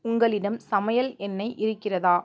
உங்களிடம் சமையல் எண்ணெய் இருக்கிறதா